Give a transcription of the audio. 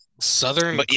southern